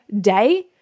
day